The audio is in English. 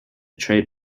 trade